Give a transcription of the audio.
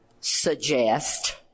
suggest